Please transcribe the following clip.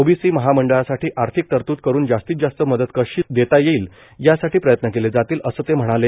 OBC महामंडळांसाठी आर्थिक तरत्द करुन जास्तीत जास्त मदत कशी देता येईल यासाठी प्रयत्न केले जातील असं ते म्हणाले